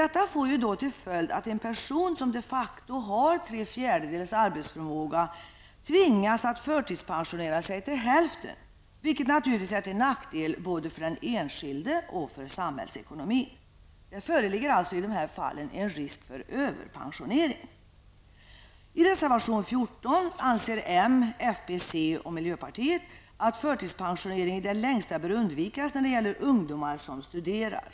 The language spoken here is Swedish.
Detta får till följd att en person som de facto har tre fjärdedels arbetsförmåga tvingas förtidspensionera sig till hälften, vilket naturligtvis är till nackdel både för den enskilde och för samhällsekonomin. Det föreligger alltså en risk för ''överpensionering''. I reservation 14 framför m, fp, c och mp att förtidspensionering i det längsta bör undvikas när det gäller ungdomar som studerar.